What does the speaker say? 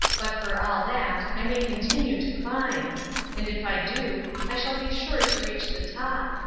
but for all that i may continue to climb and if i do i shall be sure to reach the top.